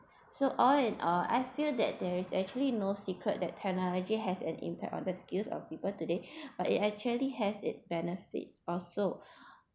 so all and all I feel that there is actually no secret that technology has an impact on the skill of people today but it actually has it's benefits also